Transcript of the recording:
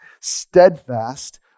steadfast